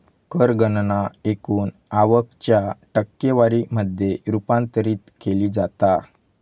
कर गणना एकूण आवक च्या टक्केवारी मध्ये रूपांतरित केली जाता